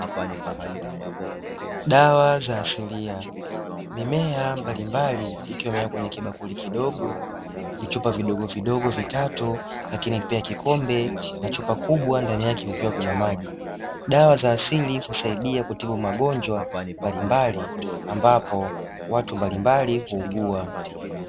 Dawa za asilia, mimea mbalimbali ikiwa imewekwa kwenye kibakuli kidogo, vichupa vidogovidogo vitatu lakini pia kikombe na chupa kubwa ndani yake kukiwa kuna maji. Dawa za asili husaidia kutibu magonjwa mbalimbali ambapo watu mbalimbai huugua.